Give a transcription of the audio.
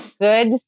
good